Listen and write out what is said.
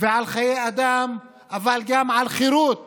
ועל חיי אדם, אבל גם על חירות